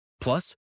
Plus